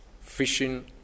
fishing